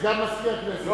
סגן מזכיר הכנסת,